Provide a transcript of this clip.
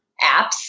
apps